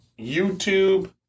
YouTube